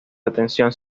detención